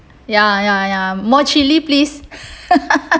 ya ya ya more chilli please